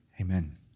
amen